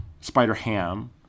Spider-Ham